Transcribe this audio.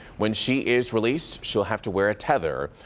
when she is released, she'll have to wear a tether.